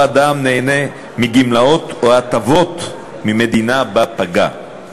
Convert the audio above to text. אדם נהנה מגמלאות או מהטבות מהמדינה שבה פגע.